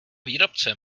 výrobce